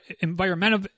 environmental